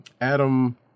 Adam